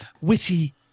witty